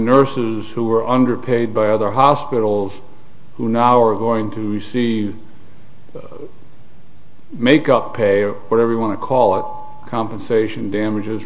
nurses who were underpaid by other hospitals who now are going to see make up pay or whatever you want to call it compensation damages